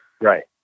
right